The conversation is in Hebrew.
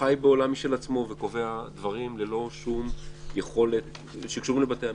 חי בעולם משל עצמו וקובע דברים שקשורים לבתי המשפט.